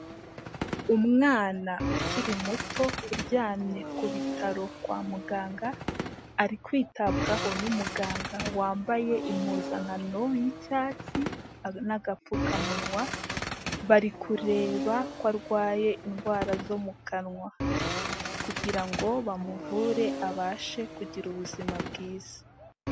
Umwana ukiri muto uryamye ku bitaro kwa muganga, ari kwitabwaho n'umuganga wambaye impuzankano y'icyatsi n'agapfukamunwa, bari kureba ko arwaye indwara zo mu kanwa kugira ngo bamuvure abashe kugira ubuzima bwiza.